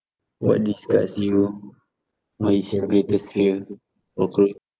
what disgusts you what is your greatest fear okay